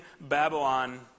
Babylon